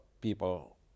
people